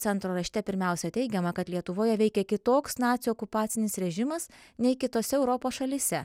centro rašte pirmiausia teigiama kad lietuvoje veikė kitoks nacių okupacinis režimas nei kitose europos šalyse